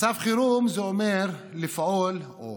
מצב חירום זה אומר לפעול, או